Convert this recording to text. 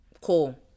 Cool